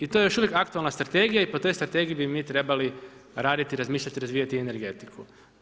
I to je još uvijek aktualna strategija i po toj strategiji bi mi trebali raditi, razmišljati i razvijati energetiku.